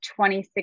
2016